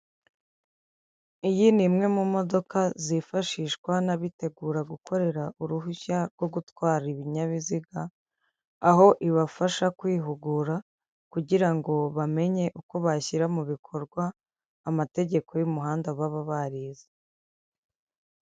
Iyi ni imwe mu modoka zifashishwa n'abitegura gukorera uruhushya rwo gutwara ibinyabiziga, aho ibafasha kwihugura kugira ngo bamenye uko bashyira mu bikorwa amategeko y'umuhanda baba barize.